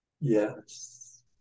Yes